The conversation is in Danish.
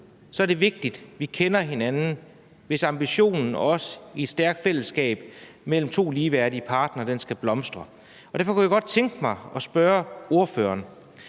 så er det vigtigt, at vi kender hinanden, altså hvis ambitionen om et stærkt fællesskab mellem to ligeværdige parter skal blomstre. Og derfor kunne jeg godt tænke mig at spørge ordføreren: